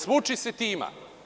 Smuči se njima.